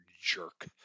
jerk